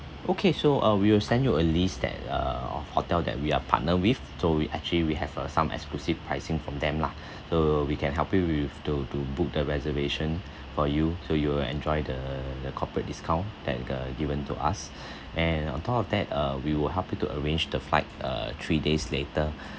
okay so uh we will send you a list that uh hotel that we are partner with so we actually we have uh some exclusive pricing from them lah so we can help you with to to book the reservation for you so you will enjoy the the corporate discount that uh given to us and on top of that uh we will help you to arrange the flight uh three days later